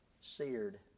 seared